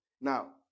Now